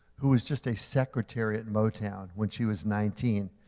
who was just a secretary at motown when she was nineteen,